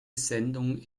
sendung